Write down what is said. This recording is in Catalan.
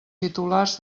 titulars